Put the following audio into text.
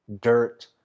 dirt